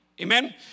Amen